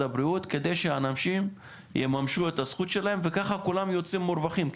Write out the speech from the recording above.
הבריאות כדי שאנשים יממשו את הזכות שלהם וככה כולם יוצאים מורווחים,